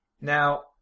Now